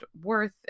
worth